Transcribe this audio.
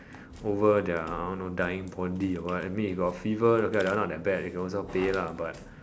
over their I don't know dying body or what I mean you got fever okay lah not that bad might as well pay lah